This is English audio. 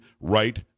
right